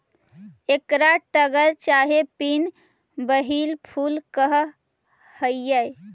एकरा टगर चाहे पिन व्हील फूल कह हियई